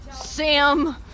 Sam